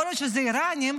יכול להיות שזה האיראנים,